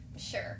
Sure